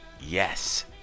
Yes